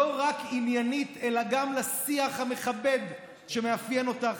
לא רק עניינית אלא גם לשיח המכבד שמאפיין אותך,